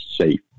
safe